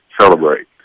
celebrate